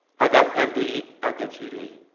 i got them to eat, i'll get you to eat.